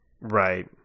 Right